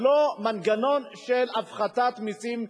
ללא מנגנון של הפחתת מסים,